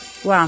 Wow